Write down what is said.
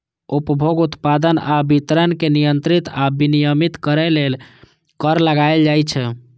उपभोग, उत्पादन आ वितरण कें नियंत्रित आ विनियमित करै लेल कर लगाएल जाइ छै